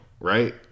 right